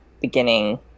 beginning